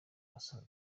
asa